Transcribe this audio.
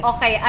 Okay